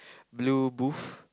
blue booth